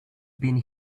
been